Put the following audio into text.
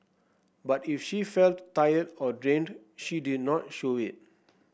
but if she felt tired or drained she did not show it